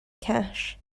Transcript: cash